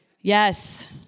Yes